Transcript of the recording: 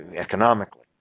economically